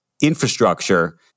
infrastructure